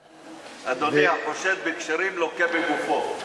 אדוני, החושד בכשרים לוקה בגופו.